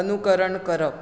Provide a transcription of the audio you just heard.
अनुकरण करप